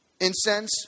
incense